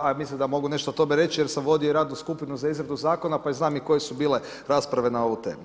a mislim da mogu nešto o tome reći jer sam vodio radnu skupinu za izradu zakona pa znam i koje su bile rasprave na ovu temu.